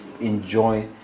enjoy